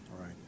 right